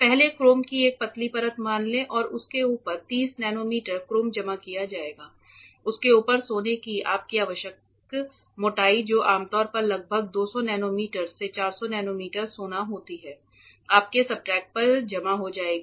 पहले क्रोम की एक पतली परत मान लें कि उसके ऊपर 30 नैनोमीटर क्रोम जमा किया जाएगा उसके ऊपर सोने की आपकी आवश्यक मोटाई जो आमतौर पर लगभग 200 नैनोमीटर से 400 नैनोमीटर सोना होती है आपके सब्सट्रेट पर जमा हो जाएगी